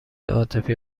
عاطفی